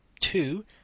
two